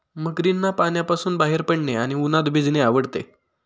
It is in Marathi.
मगरींना पाण्यातून बाहेर पडणे आणि उन्हात भिजणे आवडते